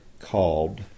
called